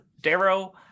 Darrow